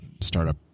startup